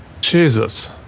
Jesus